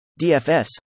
DFS